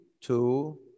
two